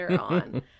on